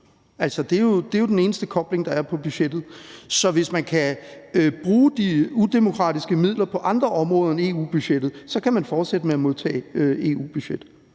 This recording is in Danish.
Det er jo den eneste kobling, der er til budgettet. Så hvis man kan bruge de udemokratiske midler på andre områder end inden for EU-budgettet, kan man fortsætte med at modtage EU-midler,